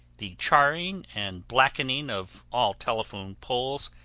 the charring and blackening of all telephone poles,